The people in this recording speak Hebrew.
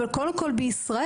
אבל קודם כל בישראל.